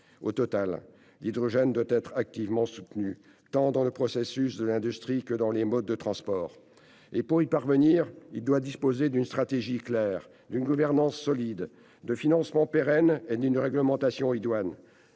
recharge. L'hydrogène doit être activement soutenu, tant dans les processus de l'industrie que dans les modes de transport. Pour y parvenir, une stratégie claire, une gouvernance solide, des financements pérennes et une réglementation idoine